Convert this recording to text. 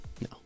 No